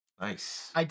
Nice